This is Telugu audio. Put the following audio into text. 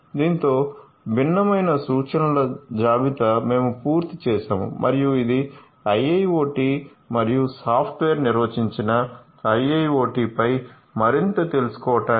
దీనితో భిన్నమైన సూచనల జాబితా మేము పూర్తి చేసాము మరియు ఇది IIoT మరియు సాఫ్ట్వేర్ నిర్వచించిన IIoT పై మరింత తెలుసుకోవడానికి